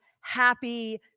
happy